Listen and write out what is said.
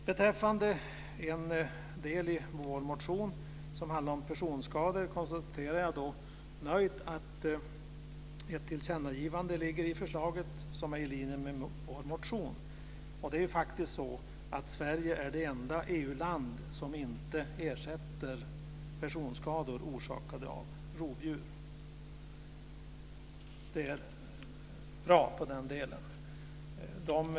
Beträffande en del i vår motion som handlar om personskador konstaterar jag nöjt att ett tillkännagivande finns i förslaget som är linje med vår motion. Sverige är faktiskt det enda EU-land som inte ersätter personskador orsakade av rovdjur. I den delen är det bra.